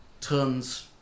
turns